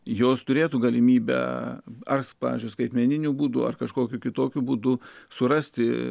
jos turėtų galimybę ar pavyzdžiui skaitmeniniu būdu ar kažkokiu kitokiu būdu surasti